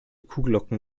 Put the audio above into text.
kuhglocken